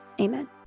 amen